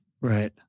Right